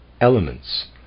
elements